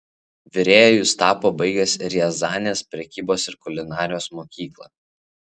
virėju jis tapo baigęs riazanės prekybos ir kulinarijos mokyklą